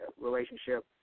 relationship